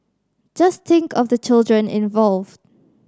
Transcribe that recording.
just think of the children involved